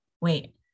wait